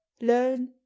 learn